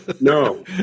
No